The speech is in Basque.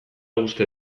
uste